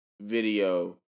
video